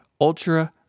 ultra